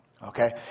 Okay